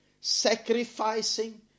Sacrificing